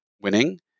winning